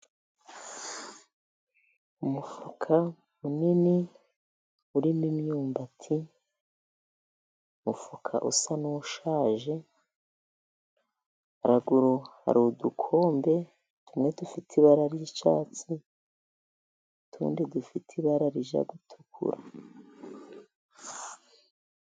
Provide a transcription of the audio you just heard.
Umufuka munini urimo imyumbati, umufuka usa n'ushaje haraguru hari udukombe tumwe dufite ibara ry'icyatsi utundi dufite ibara rijya gutukura.